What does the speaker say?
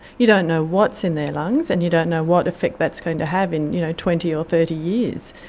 you don't know what's in their lungs and you don't know what effect that's going to have in you know twenty or thirty years.